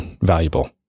valuable